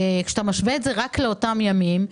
כשאתה משווה את זה רק לאותם ימים,